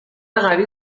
قوی